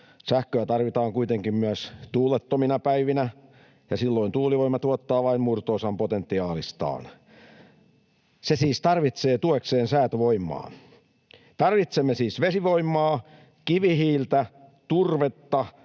Sähköä tarvitaan kuitenkin myös tuulettomina päivinä, ja silloin tuulivoima tuottaa vain murto-osan potentiaalistaan. Se siis tarvitsee tuekseen säätövoimaa. Tarvitsemme siis vesivoimaa, kivihiiltä, turvetta